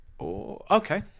Okay